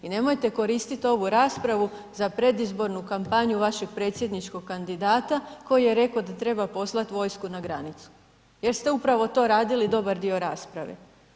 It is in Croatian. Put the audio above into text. I nemojte koristiti ovu raspravu za predizbornu kampanju vašeg predsjedničkog kandidata koji je rekao da treba poslat vojsku na granicu jer ste upravo to radili dobar dio rasprave.